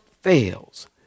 fails